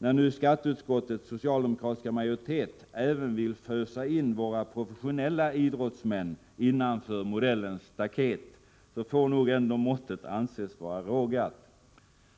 När nu skatteutskottets socialdemokratiska majoritet även vill fösa in våra professionella idrottsmän innanför modellens ”staket” får nog ändå måttet anses vara rågat.